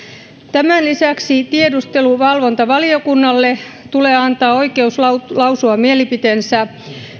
tämän lisäksi tiedusteluvalvontavaliokunnalle tulee antaa oikeus lausua mielipiteensä